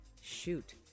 shoot